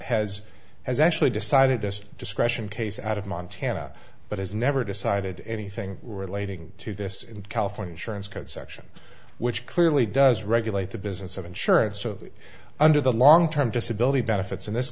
has has actually decided this discretion case out of montana but has never decided anything relating to this in california surance code section which clearly does regulate the business of insurance so that under the long term disability benefits in this